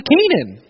Canaan